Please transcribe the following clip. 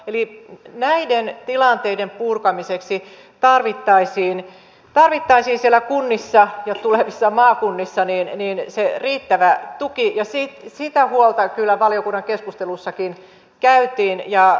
eli näiden tilanteiden purkamiseksi tarvittaisiin siellä kunnissa ja tulevissa maakunnissa se riittävä tuki ja sitä huolta kyllä valiokunnan keskusteluissakin kannettiin